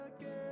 again